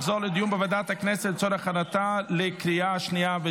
לוועדת הכנסת נתקבלה.